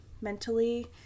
mentally